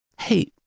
Hey